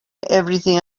everything